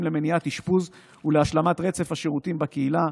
למניעת אשפוז ולהשלמת רצף השירותים בקהילה,